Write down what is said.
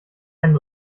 einen